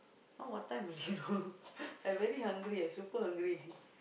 now what time already you know I very hungry I super hungry